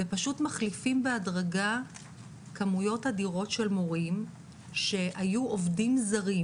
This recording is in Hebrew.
ופשוט מחליפים בהדרגה כמויות אדירות של מורים שהיו עובדים זרים,